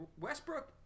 Westbrook